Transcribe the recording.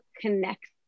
connects